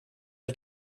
the